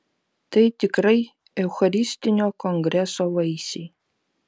tai tikrai eucharistinio kongreso vaisiai